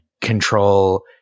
control